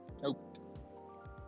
nope